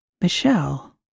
Michelle